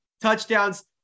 touchdowns